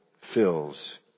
fills